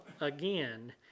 again